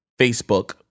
Facebook